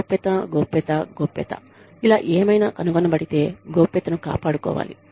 గోప్యత గోప్యత గోప్యత ఇలా ఏమైన కనుగొనబడితే గోప్యతను కాపాడుకోవాలి